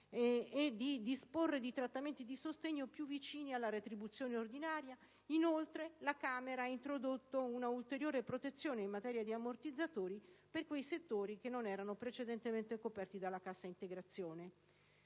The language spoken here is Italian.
e di disporre di trattamenti di sostegno più vicini alla retribuzione ordinaria. Inoltre, la Camera ha introdotto un'ulteriore protezione in materia di ammortizzatori per quei settori che non erano precedentemente coperti dalla cassa integrazione.